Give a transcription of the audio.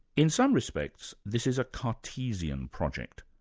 in some respects this is a cartesian project,